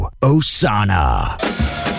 Osana